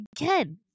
Again